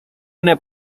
una